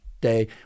day